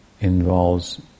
involves